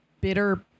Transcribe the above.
bitter